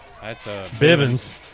Bivens